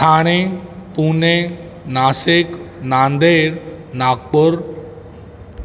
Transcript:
Thane Pune Nashik Nanded Nagpur